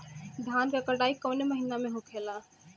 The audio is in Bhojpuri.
धान क कटाई कवने महीना में होखेला?